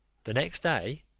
the next day,